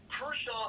Kershaw